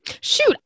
shoot